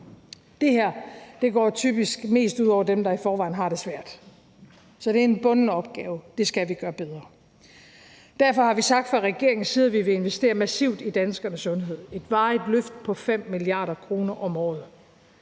Det her går typisk mest ud over dem, der i forvejen har det svært. Så det er en bunden opgave; det skal vi gøre bedre. Derfor har vi sagt fra regeringens side, at vi vil investere massivt i danskernes sundhed med et varigt løft på 5 mia. kr. om året.